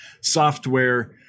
software